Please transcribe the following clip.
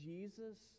Jesus